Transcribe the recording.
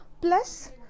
plus